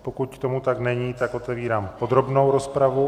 Pokud tomu tak není, tak otevírám podrobnou rozpravu.